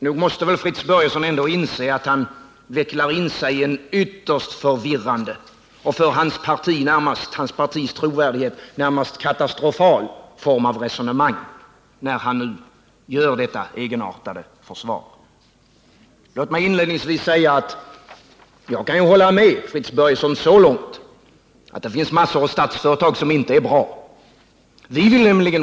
Nog måste väl Fritz Börjesson ändå inse att han vecklar in sig i en ytterst förvirrande och för hans partis trovärdighet närmast katastrofal form av resonemang, när han nu framför detta egenartade försvar. Låt mig inledningsvis säga att jag kan hålla med Fritz Börjesson så långt, att det finns massor av statsägda företag som inte är bra.